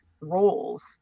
roles